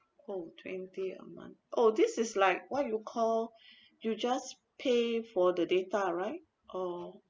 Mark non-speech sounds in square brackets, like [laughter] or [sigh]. oh twenty a month oh this is like what you call [breath] you just pay for the data right or